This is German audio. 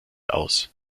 aus